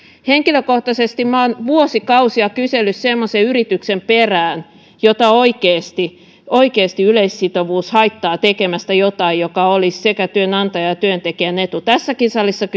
henkilökohtaisesti minä olen vuosikausia kysellyt semmoisen yrityksen perään jota oikeasti oikeasti yleissitovuus haittaa tekemästä jotain mikä olisi sekä työnantajan että työntekijän etu tässäkin salissa